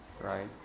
right